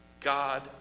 God